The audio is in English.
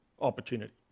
opportunity